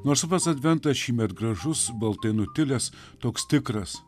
nors pats adventas šįmet gražus baltai nutilęs toks tikras